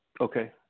Okay